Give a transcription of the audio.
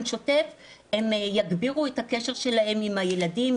שוטף הם יגבירו את הקשר שלהם עם הילדים,